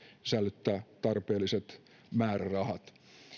sisällyttää tarpeelliset määrärahat